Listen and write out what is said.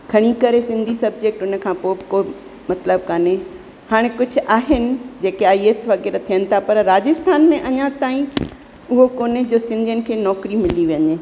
खणी करे सिंधी सबजैक्ट हुन खां पोइ बि को मतिलबु काने हाणे कुझु आहिनि जेके आई एस वग़ैरह थियनि था पर राजस्थान में अञा ताईं उहो कोन्हे जो सिंधियुनि खे नौकिरी मिली वञे